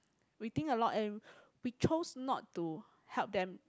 we think a lot and we chose not to help them